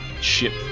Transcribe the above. ship